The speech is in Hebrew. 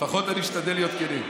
לפחות אני משתדל להיות כן.